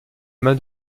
main